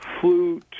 flew